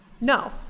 No